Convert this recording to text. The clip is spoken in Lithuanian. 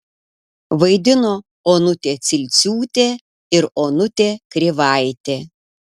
vaidino onutė cilciūtė ir onutė krivaitė